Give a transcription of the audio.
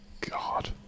God